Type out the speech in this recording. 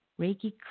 Reiki